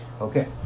Okay